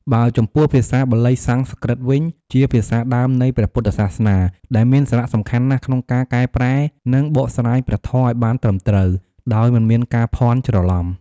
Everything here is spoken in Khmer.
បើចំពោះ ភាសាបាលី-សំស្ក្រឹតវិញ ជាភាសាដើមនៃព្រះពុទ្ធសាសនា ដែលមានសារៈសំខាន់ណាស់ក្នុងការបកប្រែ និងបកស្រាយព្រះធម៌ឱ្យបានត្រឹមត្រូវ ដោយមិនមានការភាន់ច្រឡំ។